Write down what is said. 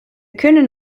können